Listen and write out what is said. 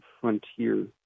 frontier